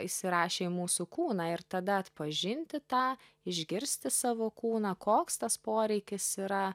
įsirašę į mūsų kūną ir tada atpažinti tą išgirsti savo kūną koks tas poreikis yra